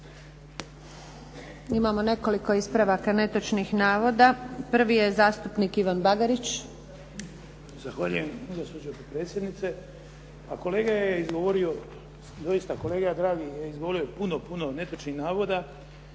Imamo nekoliko ispravaka netočnih navoda. Prvi je zastupnik Ivan Bagrić. **Bagarić, Ivan (HDZ)** Zahvaljujem gospođo potpredsjednice. Pa kolega je izgovori, doista kolega je dragi izgovorio puno, puno netočnih navoda.